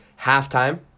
Halftime